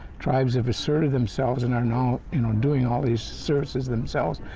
tribes have asserted themselves, and are now you know doing all these services themselves.